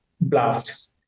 blast